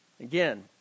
Again